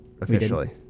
officially